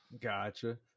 Gotcha